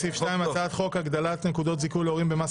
בהצעת חוק הגדלת נקודות זיכוי להורים במס